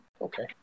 Okay